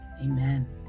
amen